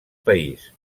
país